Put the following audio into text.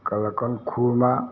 কালাকন খুৰ্মা